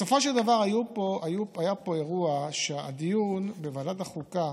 בסופו של דבר, היה פה אירוע, כשהדיון בוועדת החוקה